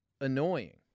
annoying